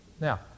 Now